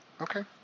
Okay